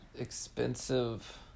expensive